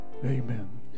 Amen